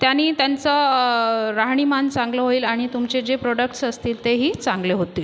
त्यानी त्यांचं राहणीमान चांगलं होईल आणि तुमचे जे प्रोडक्टस् असतील तेही चांगले होतील